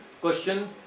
question